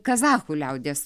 kazachų liaudies